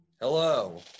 hello